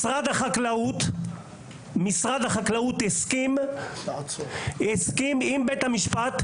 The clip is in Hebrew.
משרד החקלאות הסכים עם בית המשפט,